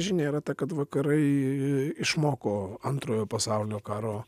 žinia yra ta kad vakarai išmoko antrojo pasaulinio karo